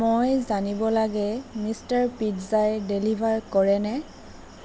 মই জানিব লাগে মিষ্টাৰ পিজ্জাই ডেলিভাৰ কৰেনে